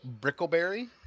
Brickleberry